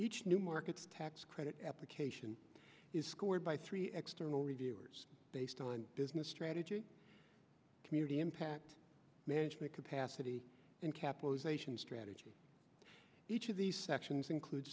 each new markets tax credit application is scored by three external reviewers based on business strategy community impact management capacity and kappos ation strategy each of these sections include